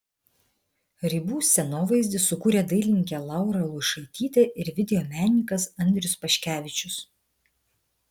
ribų scenovaizdį sukūrė dailininkė laura luišaitytė ir video menininkas andrius paškevičius